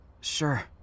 sure